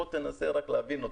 בוא תנסה להבין אותי: